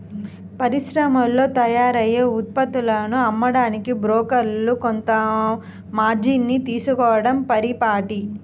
పరిశ్రమల్లో తయారైన ఉత్పత్తులను అమ్మడానికి బ్రోకర్లు కొంత మార్జిన్ ని తీసుకోడం పరిపాటి